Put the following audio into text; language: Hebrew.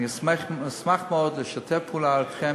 אני אשמח מאוד לשתף פעולה אתכם